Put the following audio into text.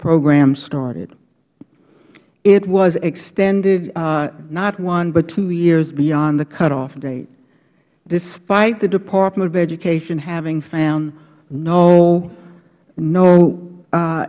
program started it was extended not one but two years beyond the cutoff date despite the department of education having found no